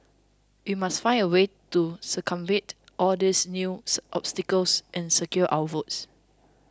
we must find a way to circumvent all these new obstacles and secure our votes